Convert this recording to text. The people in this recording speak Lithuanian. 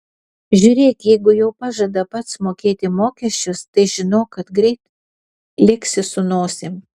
žiūrėk jeigu jau pažada pats mokėti mokesčius tai žinok kad greit liksi su nosim